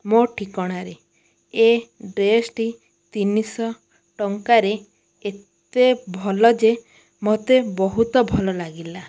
ମୋ ଠିକଣାରେ ଏ ଡ୍ରେସ୍ଟି ତିନିଶହ ଟଙ୍କାରେ ଏତେ ଭଲ ଯେ ମୋତେ ବହୁତ ଭଲ ଲାଗିଲା